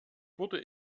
wurde